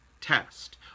test